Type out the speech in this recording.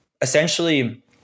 essentially